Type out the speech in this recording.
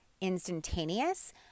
instantaneous